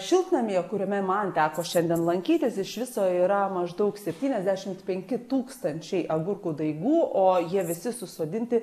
šiltnamyje kuriame man teko šiandien lankytis iš viso yra maždaug septyniasdešimt penki tūkstančiai agurkų daigų o jie visi susodinti